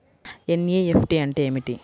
NEFT అంటే ఏమిటి?